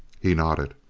he nodded.